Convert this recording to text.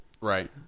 Right